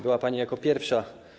Była pani jako pierwsza.